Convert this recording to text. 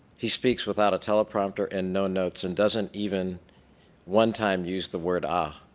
he speaks without a teleprompter and no notes and doesn't even one time use the word ah.